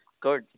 good